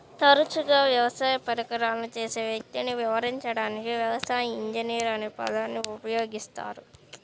తరచుగా వ్యవసాయ పరికరాలను చేసే వ్యక్తిని వివరించడానికి వ్యవసాయ ఇంజనీర్ అనే పదాన్ని ఉపయోగిస్తారు